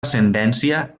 ascendència